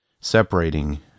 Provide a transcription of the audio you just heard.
separating